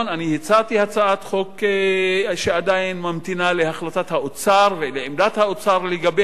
אני הצעתי הצעת חוק שעדיין ממתינה להחלטת האוצר ולעמדת האוצר לגביה,